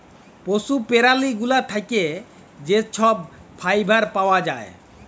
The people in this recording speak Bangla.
পশু প্যারালি গুলা থ্যাকে যে ছব ফাইবার পাউয়া যায়